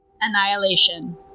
Annihilation